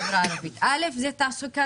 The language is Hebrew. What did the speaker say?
מדובר פה על קמחא